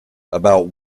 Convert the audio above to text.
about